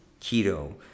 keto